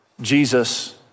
Jesus